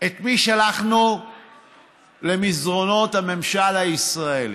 את מי שלחנו למסדרונות הממשל הישראלי?